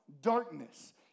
Darkness